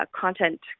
content